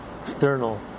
external